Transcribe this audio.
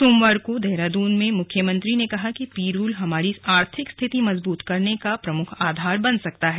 सोमवार को र्दहरादून में मुख्यमंत्री ने कहा कि पिरूल हमारी आर्थिक स्थिति मजबूत करने का प्रमुख आधार बन सकता है